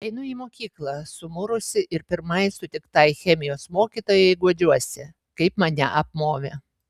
einu į mokyklą sumurusi ir pirmai sutiktai chemijos mokytojai guodžiuosi kaip mane apmovė